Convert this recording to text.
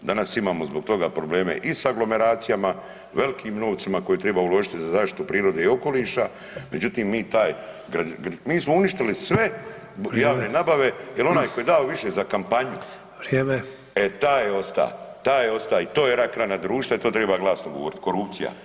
Danas imamo zbog toga probleme i sa aglomeracijama velkim novcima koje triba uložiti za zaštitu prirode i okoliša međutim mi taj, mi smo uništili sve javne nabave [[Upadica: Vrijeme.]] jer onaj tko je dao više za kampanju [[Upadica: Vrijeme.]] e taj je osta, taj je osta i to rak rana društva i to triba glasno govorit, korupcija.